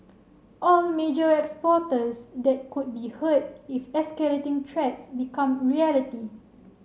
all major exporters that could be hurt if escalating threats become reality